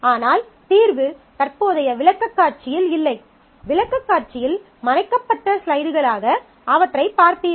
ஆனால் தீர்வு தற்போதைய விளக்கக்காட்சியில் இல்லை விளக்கக்காட்சியில் மறைக்கப்பட்ட ஸ்லைடுகளாக அவற்றைப் பார்ப்பீர்கள்